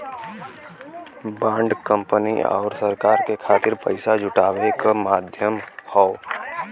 bond company आउर सरकार के खातिर पइसा जुटावे क माध्यम हौ